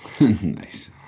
Nice